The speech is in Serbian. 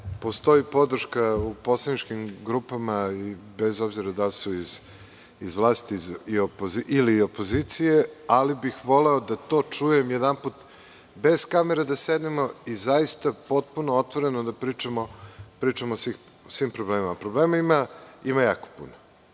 postoji podrška u poslaničkim grupama, bez obzira da li su iz vlasti ili opozicije, ali bih voleo da to čujem jedanput, bez kamere da sednemo, da otvoreno pričamo o svim problemima. Problema ima jako puno. Ne